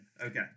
Okay